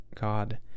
God